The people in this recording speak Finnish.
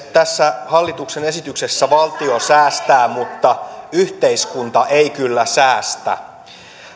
tässä hallituksen esityksessä valtio säästää mutta yhteiskunta ei kyllä säästä